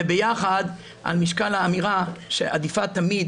וביחד על משקל האמירה שעדיפה תמיד